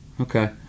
Okay